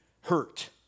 hurt